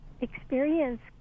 experience